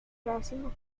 racimos